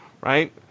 right